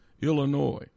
Illinois